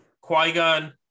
Qui-Gon